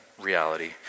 reality